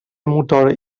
motor